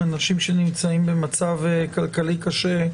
אנשים שנמצאים במצב כלכלי קשה,